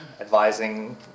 advising